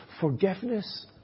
forgiveness